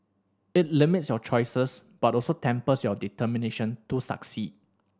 it limits your choices but also tempers your determination to succeed